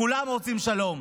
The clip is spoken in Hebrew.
כולם רוצים שלום.